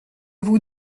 vous